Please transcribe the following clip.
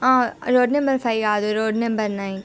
road number five కాదు road number nine